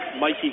Mikey